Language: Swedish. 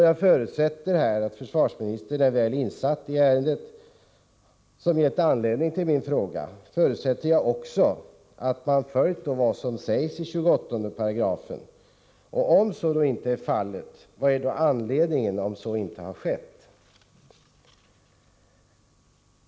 Jag förutsätter att försvarsministern är väl insatt i det ärende som har givit anledning till min fråga. Jag utgår också från att man har följt vad som sägs i 28§. Om så inte är fallet, vilken är då orsaken härtill?